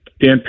Dan